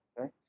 Okay